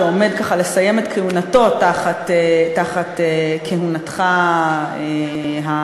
שעומד לסיים את כהונתו תחת כהונתך העתידית,